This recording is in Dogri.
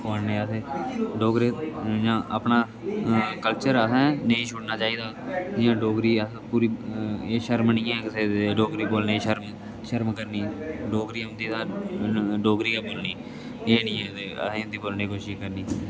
खुआने अस डोगरे अपना कल्चर असें नेईं छुड़ना चाहिदा जियां डोगरी अस पूरी एह् शर्म नी ऐ कुसै दी डोगरी बोलने शर्म शर्म करनी डोगरी ओंदी दा न डोगरी गै बोलनी एह् नी ऐ असें हिंदी बोलने कोशिश करनी